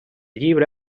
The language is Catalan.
llibre